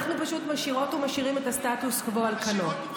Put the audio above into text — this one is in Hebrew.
אנחנו פשוט משאירות ומשאירים את הסטטוס קוו על כנו.